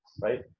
right